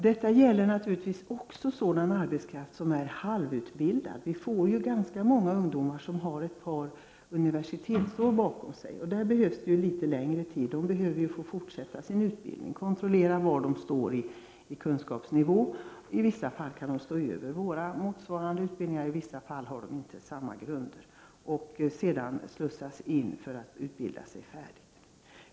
Detta gäller naturligtvis också sådan arbetskraft som är halvutbildad. Vi får många ungdomar som har ett par universitetsår bakom sig. De behöver få fortsätta sin utbildning, kontrollera var de står i kunskapsnivå. I vissa fall kan de stå över våra motsvarande utbildningar, i vissa fall har de inte samma grund. Ungdomarna måste slussas in för att kunna utbilda sig färdigt.